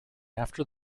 after